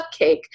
cupcake